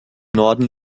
norden